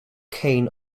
kane